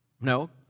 No